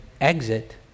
exit